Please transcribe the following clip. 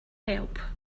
help